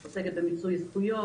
היא עוסקת במיצוי זכויות,